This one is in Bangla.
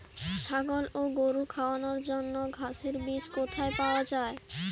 ছাগল ও গরু খাওয়ানোর জন্য ঘাসের বীজ কোথায় পাওয়া যায়?